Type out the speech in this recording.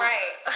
Right